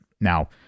Now